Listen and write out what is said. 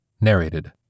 Narrated